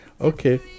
okay